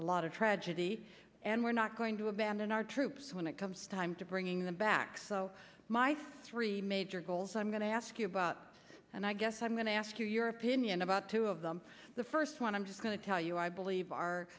a lot of tragedy and we're not going to abandon our troops when it comes time to bringing them back so my three major goals i'm going to ask you about and i guess i'm going to ask you your opinion about two of them the first one i'm just going to tell you i believe our